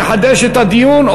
נחדש את הדיון.